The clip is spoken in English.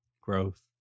Growth